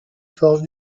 forges